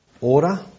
order